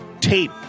tape